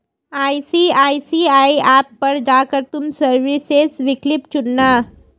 ICICI app पर जा कर तुम सर्विसेस विकल्प चुनना